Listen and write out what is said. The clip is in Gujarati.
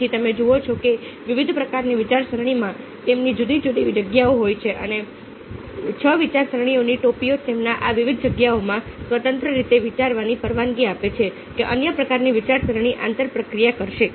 તેથી તમે જુઓ છો કે વિવિધ પ્રકારની વિચારસરણીમાં તેમની જુદી જુદી જગ્યાઓ હોય છે અને છ વિચારસરણીની ટોપીઓ તમને આ વિવિધ જગ્યાઓમાં સ્વતંત્ર રીતે વિચારવાની પરવાનગી આપે છે કે અન્ય પ્રકારની વિચારસરણી આંતરપ્રક્રિયા કરશે